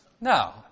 No